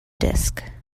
disk